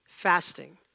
fasting